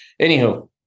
Anywho